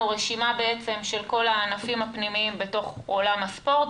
רשימה של כל הענפים הפנימיים בעולם הספורט,